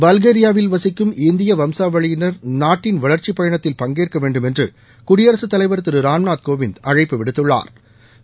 பல்கேரியாவில் வசிக்கும் இந்திய வம்சாவளியினர் நாட்டின் வளர்ச்சிப் பயணத்தில் பங்கேற்க வேண்டுமென்று குடியரசுத் தலைவா் திரு ராம்நாத் கோவிந்த் அழைப்பு விடுத்துள்ளாா்